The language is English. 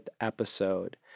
episode